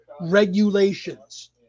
Regulations